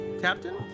captain